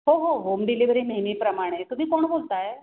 हो हो home delivery नेहमीप्रमाणे तुम्ही कोण बोलताय